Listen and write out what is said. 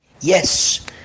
Yes